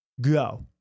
Go